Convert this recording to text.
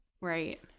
right